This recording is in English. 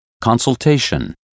Consultation